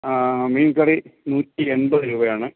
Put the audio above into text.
മീൻകറി നൂറ്റിയെൺപത് രൂപയാണ്